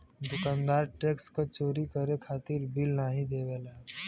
दुकानदार टैक्स क चोरी करे खातिर बिल नाहीं देवला